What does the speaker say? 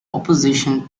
opposition